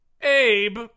Abe